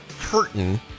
curtain